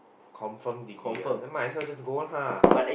confirm degree ah then might as well just go on lah